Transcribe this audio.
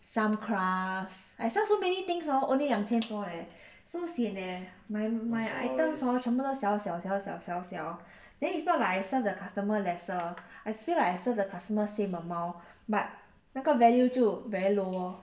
some craft I sell so many things hor only 两千多 eh so sian eh my my items hor 全部都小小小小小小 then it's not like I serve the customer lesser I feel like I serve the customer same amount but 那个 value 就 very low lor